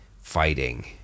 fighting